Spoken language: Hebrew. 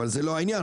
אבל זה לא העניין,